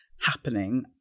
happening